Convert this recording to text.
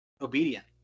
obedient